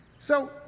so,